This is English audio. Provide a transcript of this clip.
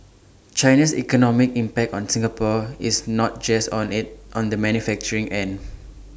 China's economic impact on Singapore is not just on in on the manufacturing end